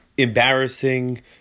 Embarrassing